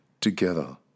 together